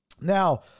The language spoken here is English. Now